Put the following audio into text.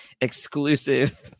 exclusive